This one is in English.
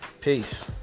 Peace